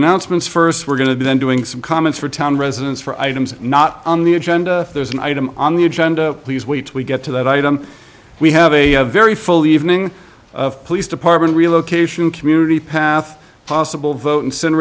announcements first we're going to do then doing some comments for town residents for items not on the agenda there's an item on the agenda please wait we get to that item we have a very full evening police department relocation community path possible vote